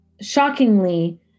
shockingly